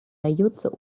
отдается